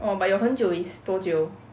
orh but your 很久 is 多久